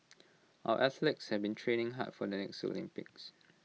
our athletes have been training hard for the next Olympics